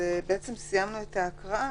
סיימנו את ההקראה.